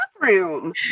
bathroom